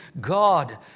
God